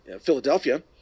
Philadelphia